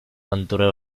aventurero